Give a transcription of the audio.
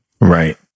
right